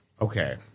Okay